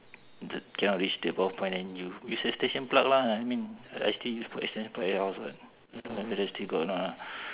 the cannot reach the power point then you use extension plug lah I mean I still use for extension plug else what I don't know still got or not ah